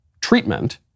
treatment